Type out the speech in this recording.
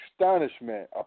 astonishment